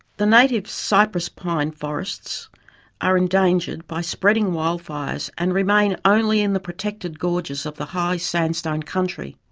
the native cypress pine forests are endangered by spreading wildfires and remain only in the protected gorges of the high sandstone country.